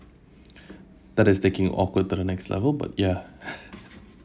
that is taking awkward to the next level but ya